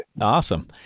Awesome